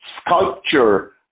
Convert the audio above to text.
sculpture